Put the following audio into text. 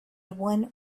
one